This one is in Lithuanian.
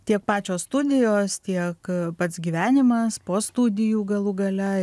tiek pačios studijos tiek pats gyvenimas po studijų galų gale